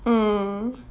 mm